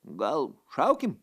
gal šaukim